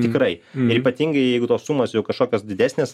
tikrai ir ypatingai tos sumos jau kažkokios didesnės